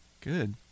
good